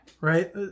Right